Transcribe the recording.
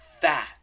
fat